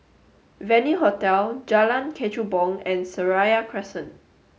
Venue Hotel Jalan Kechubong and Seraya Crescent